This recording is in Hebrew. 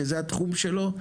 שזה התחום שלו,